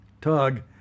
Tug